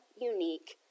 unique